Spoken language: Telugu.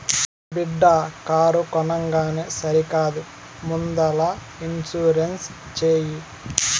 బిడ్డా కారు కొనంగానే సరికాదు ముందల ఇన్సూరెన్స్ చేయి